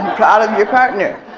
proud of your partner.